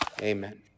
Amen